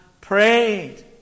prayed